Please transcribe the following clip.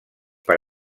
per